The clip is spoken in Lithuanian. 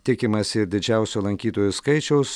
tikimasi ir didžiausio lankytojų skaičiaus